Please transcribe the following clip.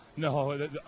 No